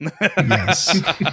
Yes